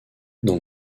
dans